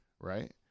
Right